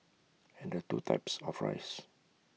add the two types of rice